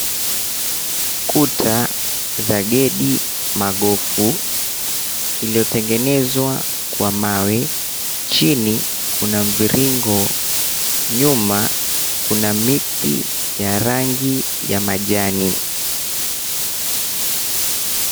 Kuta za Gedi magofu iliyotengenezwa kwa mawe. Chini kuna mviringo, nyuma kuna miti ya rangi ya majani.